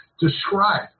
describe